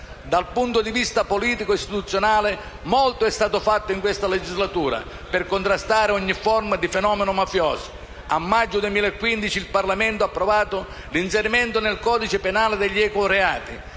Dal punto di vista politico-istituzionale, molto è stato fatto in questa legislatura per contrastare ogni forma di fenomeno mafioso. A maggio 2015 il Parlamento ha approvato l'inserimento nel codice penale degli ecoreati.